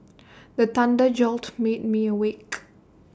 the thunder jolt me me awake